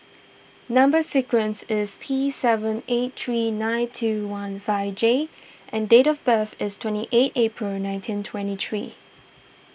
Number Sequence is T seven eight three nine two one five J and date of birth is twenty eight April nineteen twenty three